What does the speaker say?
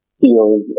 feels